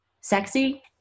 sexy